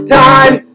time